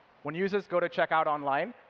when users go to check out online,